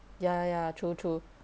ya ya true true